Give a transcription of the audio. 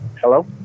Hello